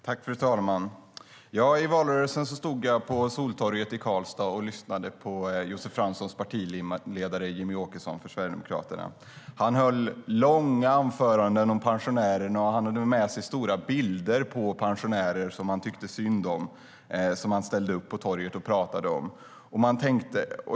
Fru talman! I valrörelsen stod jag på Soltorget i Karlstad och lyssnade på Josef Franssons partiledare Jimmie Åkesson för Sverigedemokraterna. Han höll långa anföranden om pensionärerna och hade med sig stora bilder på pensionärer som han tyckte synd om och som han ställde upp på torget och pratade om.